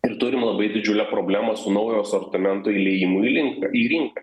ir turim labai didžiulę problemą su naujo asortimento įliejimui į link į rinką